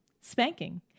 spanking